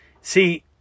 See